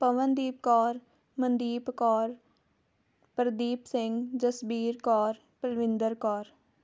Pawandeep Kaur Mandeep Kaur Pardeep Singh Jasbir Kaur Parvinder Kaur